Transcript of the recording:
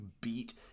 beat